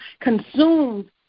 consumed